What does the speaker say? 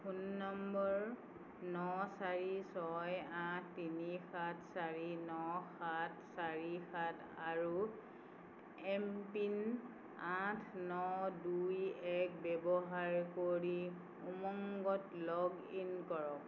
phone নম্বৰ ন চাৰি ছয় আঠ তিনি সাত চাৰি ন সাত চাৰি সাত আৰু এম পিন আঠ ন দুই এক ব্যৱহাৰ কৰি উমংগত লগ ইন কৰক